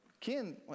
Ken